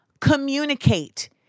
communicate